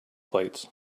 plates